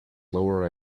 lower